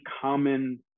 common